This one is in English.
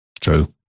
True